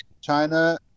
China